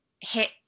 hit